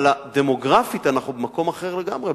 אבל דמוגרפית אנחנו במקום אחר לגמרי.